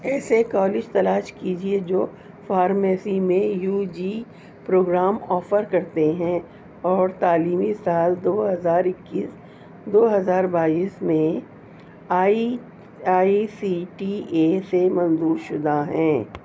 ایسے کالج تلاش کیجیے جو فارمیسی میں یو جی پروگرام آفر کرتے ہیں اور تعلیمی سال دو ہزار اکیس دو ہزار بائیس میں I I C T A سے منظور شدہ ہیں